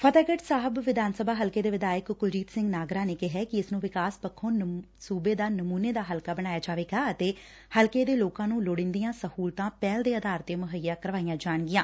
ਫ਼ਤਹਿਗੜ ਸਾਹਿਬ ਵਿਧਾਨ ਸਭਾ ਹਲਕੇ ਦੇ ਵਿਧਾਇਕ ਕੁਲਜੀਤ ਸਿੰਘ ਨਾਗਰਾ ਨੇ ਕਿਹਾ ਕਿ ਇਸ ਨੂੰ ਵਿਕਾਸ ਪੱਖੋ ਸੂਬੇ ਦਾ ਨਮੂਨੇ ਦਾ ਹਲਕਾ ਬਣਾਇਆ ਜਾਵੇਗਾ ਅਤੇ ਹਲਕੇ ਦੇ ਲੋਕਾਂ ਨੂੰ ਲੋੜੀਦੀਆਂ ਸਹੂਲਤਾਂ ਪਹਿਲ ਦੇ ਆਧਾਰ ਤੇ ਮੁਹੱਈਆ ਕਰਵਾਈਆਂ ਜਾਣਗੀਆਂ